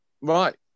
Right